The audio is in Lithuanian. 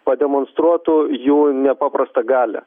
pademonstruotų jų nepaprastą galią